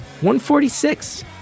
146